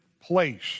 place